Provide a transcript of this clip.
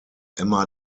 emma